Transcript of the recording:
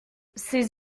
ces